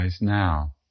now